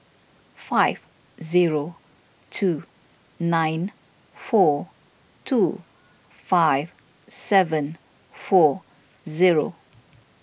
five zero two nine four two five seven four zero